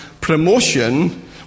promotion